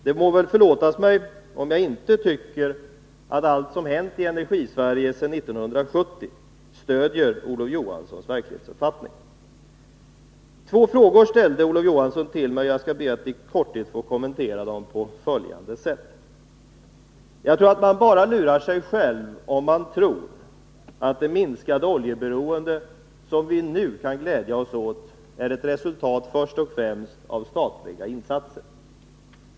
Det må väl förlåtas mig om jag inte tycker att allt som hänt i Energisverige sedan 1970 stöder Olof Johanssons verklighetsuppfattning. Olof Johansson ställde två frågor till mig, och jag skall be att i korthet få kommentera dem på följande sätt: Jag tror att man bara lurar sig själv om man föreställer sig att det minskade oljeberoende som vi nu kan glädja oss åt är ett resultat först och främst av statliga insatser.